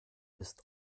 ist